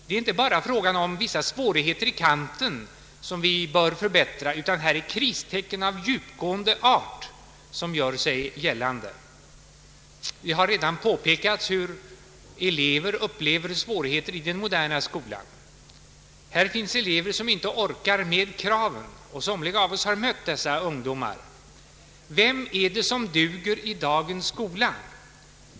Det är inte bara fråga om vissa svårigheter i kanten, som vi bör eliminera, utan det är kristecken av djupgående art som gör sig gällande. Det har påpekats hur elever upplever svårigheter i den moderna skolan. Här finns elever som inte orkar med kraven. Somliga av oss har mött dessa ungdomar. Vem är det som duger i dagens skola?